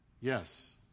Yes